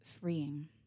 freeing